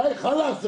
די, חאלס.